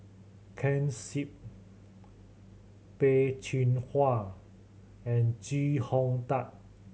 Ken Seet Peh Chin Hua and Chee Hong Tat